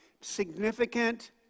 significant